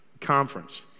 conference